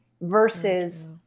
versus